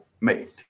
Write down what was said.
made